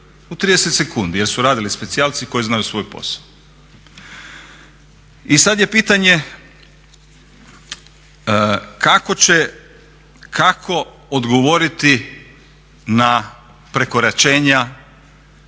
u 30 sekundi jer su radili specijalci koji znaju svoj posao. I sad je pitanje kako će, kako odgovoriti na prekoračenja